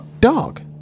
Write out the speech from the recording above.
dog